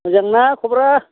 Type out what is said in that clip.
मोजां ना खबरा